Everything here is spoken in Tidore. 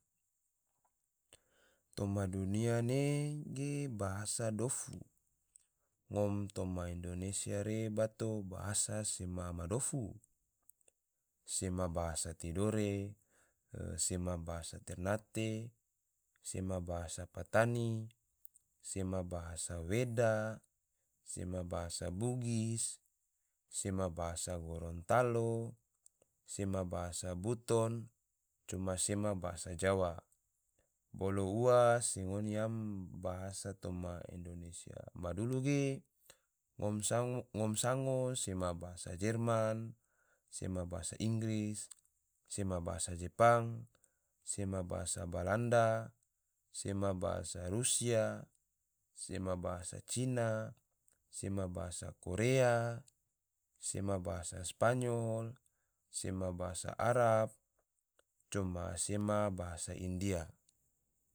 Toma dunia ne ge, bahasa dofu, ngom toma indonesia ne bato bahasa sema ma dofu, sema bahasa tidore, sema bahasa ternate, sema bahasa patani, sema bahasa weda, sema bahasa bugis, sema bahsa gorontalo, sema bahasa buton, se sema bahasa jawa. bolo ua se ngon yam bahasa toma mansia ma dulu ge, ngom sango sema bahasa jerman, sema bahasa inggris, sema bahasa jepang, sema bahasa belanda, sema bahasa rusia, sema bahasa cina, sema bahasa korea, sema bahasa spanyol, sema bahasa arab, coma sema bahasa india